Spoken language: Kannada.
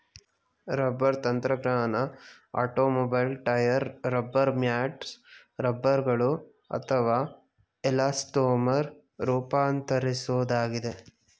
ರಬ್ಬರ್ ತಂತ್ರಜ್ಞಾನ ಆಟೋಮೊಬೈಲ್ ಟೈರ್ ರಬ್ಬರ್ ಮ್ಯಾಟ್ಸ್ ರಬ್ಬರ್ಗಳು ಅಥವಾ ಎಲಾಸ್ಟೊಮರ್ ರೂಪಾಂತರಿಸೋದಾಗಿದೆ